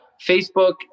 Facebook